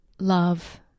love